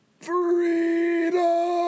FREEDOM